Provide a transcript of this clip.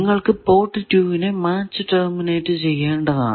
നിങ്ങൾക്കു പോർട്ട് 2 നെ match terminate ചെയ്യേണ്ടതാണ്